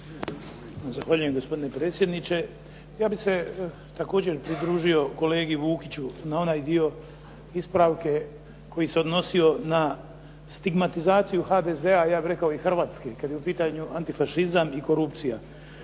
Zahvaljujem gospodine predsjedniče. Ja bih se također pridružio kolegi Vukiću na onaj dio ispravke koji se odnosio na stigmatizaciju HDZ-a, ja bih rekao i Hrvatske kad je u pitanju antifašizam i korupcija.